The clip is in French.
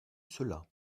cela